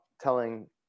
telling